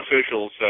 officials